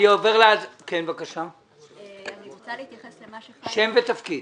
אני רוצה להתייחס למה שחיים אמר.